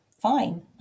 fine